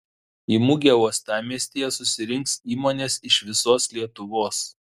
į mugę uostamiestyje susirinks įmonės iš visos lietuvos